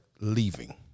leaving